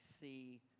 see